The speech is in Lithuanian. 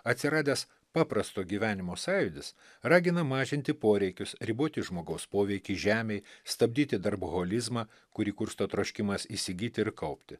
atsiradęs paprasto gyvenimo sąjūdis ragina mažinti poreikius riboti žmogaus poveikį žemei stabdyti darboholizmą kurį kursto troškimas įsigyti ir kaupti